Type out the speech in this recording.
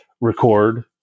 record